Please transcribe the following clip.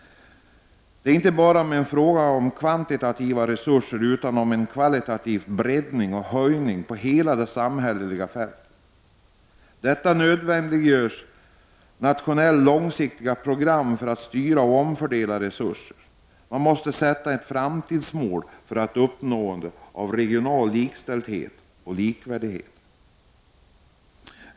Det är inte bara fråga om kvantitativa resurser utan också om en kvalitativ breddning och höjning över hela det samhälleliga fältet. Detta nödvändiggör nationella långsiktiga program för styrning och omfördelning av resurserna. Man måste sätta upp ett framtidsmål när det gäller att uppnå en regional likställdhet och likvärdighet.